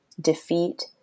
Defeat